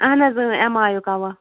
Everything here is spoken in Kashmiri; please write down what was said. اَہَن حظ ٲں ایٚم آیُک اوا